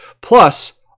plus